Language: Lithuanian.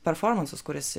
performansas kuris